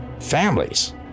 Families